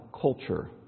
culture